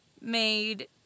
made